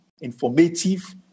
informative